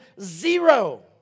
Zero